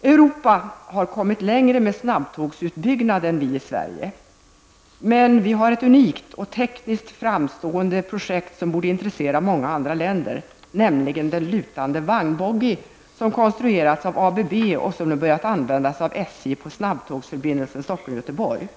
I övriga Europa har man kommit mycket längre med snabbtågsutbyggnaden än i Sverige. Men vi har ett unikt och tekniskt framstående projekt som borde intressera många andra länder, nämligen den lutande vagnboggie, som konstruerats av ABB och som nu börjat användas av SJ på snabbtågsförbindelsen Stockholm--Göteborg.